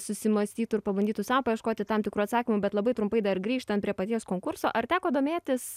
susimąstytų ir pabandytų sau paieškoti tam tikrų atsakymų bet labai trumpai dar grįžtant prie paties konkurso ar teko domėtis